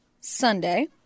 Sunday